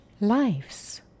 lives